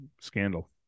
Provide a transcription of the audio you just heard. scandal